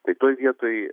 tai toj vietoj